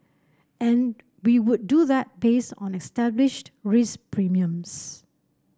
and we would do that based on established risk premiums